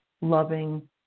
loving